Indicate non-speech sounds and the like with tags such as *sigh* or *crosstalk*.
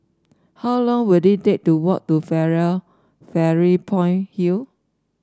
how long will it take to walk to *unintelligible* Fairy Point Hill